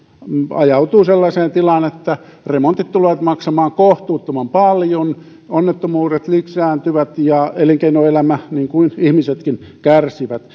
ajautuu sellaiseen tilaan että remontit tulevat maksamaan kohtuuttoman paljon onnettomuudet lisääntyvät ja elinkeinoelämä kärsii samoin kuin ihmisetkin